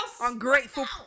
Ungrateful